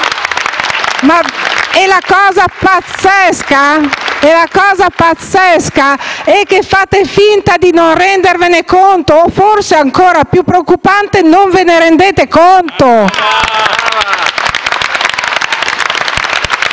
E la cosa pazzesca è che fate finta di non rendervene conto o forse, ancora più preoccupante, non ve ne rendete conto!